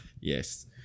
Yes